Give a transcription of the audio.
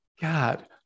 God